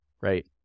right